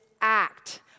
act